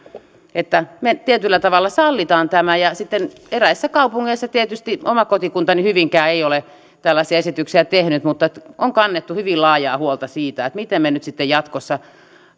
että me tietyllä tavalla sallimme tämän ja sitten eräissä kaupungeissa tietysti oma kotikuntani hyvinkää ei ole tällaisia esityksiä tehnyt on kannettu hyvin laajaa huolta siitä miten me nyt sitten jatkossa